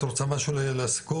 את רוצה משהו לסיכום?